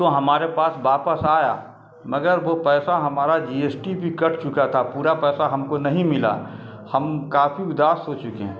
تو ہمارے پاس واپس آیا مگر وہ پیسہ ہمارا جی ایس ٹی بھی کٹ چکا تھا پورا پیسہ ہم کو نہیں ملا ہم کافی اداس ہو چکے ہیں